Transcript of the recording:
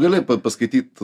gali paskaityt